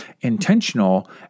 intentional